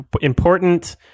important